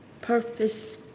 purpose